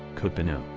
cupeno,